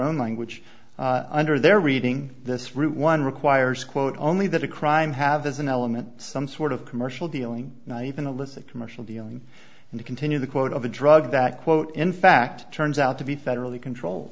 own language under their reading this route one requires quote only that a crime have as an element some sort of commercial dealing not even a list of commercial dealing and to continue the quote of a drug that quote in fact turns out to be federally control